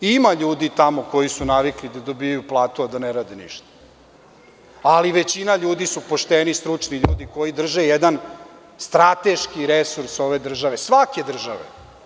Ima ljudi tamo koji su navikli da dobijaju platu , a da ne rade ništa, ali većina ljudi su pošteni i stručni ljudi koji drže jedan strateški resurs ove države, svake države.